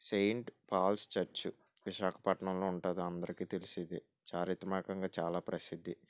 Saint Paul's Church విశాఖపట్నంలో ఉంటుంది అందరికి తెలిసింది చారిత్రాత్మకంగా చాలా ప్రసిద్ధి